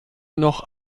noch